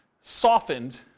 softened